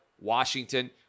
Washington